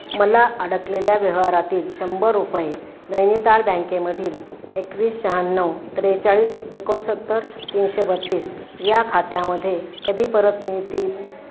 मला अडकलेल्या व्यवहारातील शंभर रुपये नैनिताल बँकेमधील एकवीस शहयाण्णव त्रेचाळीस एकोणसत्तर तीनशे बत्तीस या खात्यामध्ये कधी परत मिळतील